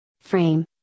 Frame